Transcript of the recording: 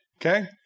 okay